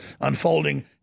unfolding